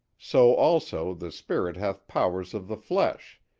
so, also, the spirit hath powers of the flesh,